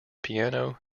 piano